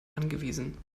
angewiesen